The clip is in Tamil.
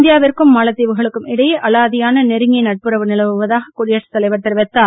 இந்தியாவிற்கும் மாலத்தீவுகளுக்கும் இடையே அலாதியான நெருங்கிய நட்புறவு நிலவுவதாக குடியரசு தலைவர் தெரிவித்தார்